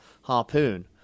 Harpoon